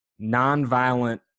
nonviolent